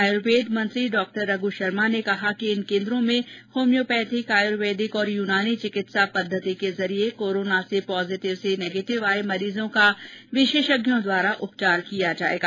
आयुर्वेद मंत्री डॉ रघु शर्मा ने कहा कि इन केन्द्रो में होम्योपैथिक आयुर्वेदिक और यूनानी चिकित्सा पद्धति के जरिए कोर्रोना में पॉजिटिव से नेगेटिव आए मरीजों का विशेषज्ञों द्वारा उपचार किया जाएगा